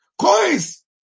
Coins